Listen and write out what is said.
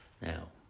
Now